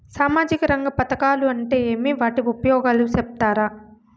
సామాజిక రంగ పథకాలు అంటే ఏమి? వాటి ఉపయోగాలు సెప్తారా?